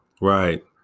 Right